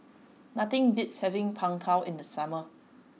nothing beats having png tao in the summer